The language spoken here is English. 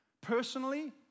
Personally